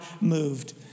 moved